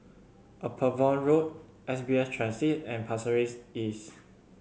Upavon Road S B S Transit and Pasir Ris East